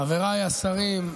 חבריי השרים,